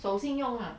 守信用 lah